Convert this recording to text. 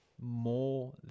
more